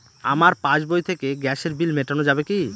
আমার পাসবই থেকে গ্যাসের বিল মেটানো যাবে কি?